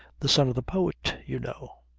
the son of the poet you know.